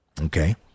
okay